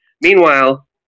Meanwhile